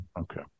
Okay